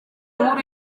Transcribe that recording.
nkuru